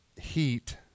heat